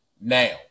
Now